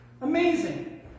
amazing